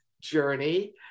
journey